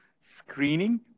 Screening